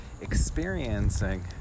experiencing